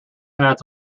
adds